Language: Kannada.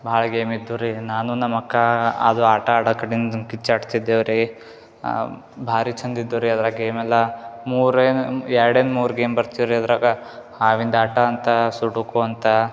ಭಾಳ ಗೇಮಿತ್ತು ರೀ ನಾನು ನಮ್ಮ ಅಕ್ಕ ಅದು ಆಟ ಆಡ ಕಡಿಂದು ಕಚ್ಚಾಡ್ತಿದ್ದೇವು ರೀ ಭಾರಿ ಚೆಂದ ಇದ್ದುವು ರೀ ಅದ್ರಾಗೆ ಗೇಮ್ ಎಲ್ಲ ಮೂರೇನು ಎರ್ಡೇನು ಮೂರು ಗೇಮ್ ಬರ್ತೀವುರಿ ಅದರಾಗೆ ಹಾವಿಂದು ಆಟ ಅಂತೆ ಸುಡುಕೊ ಅಂತೆ